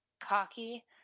cocky